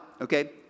okay